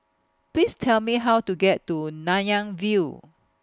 Please Tell Me How to get to Nanyang View